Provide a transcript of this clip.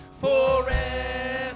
forever